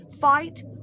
fight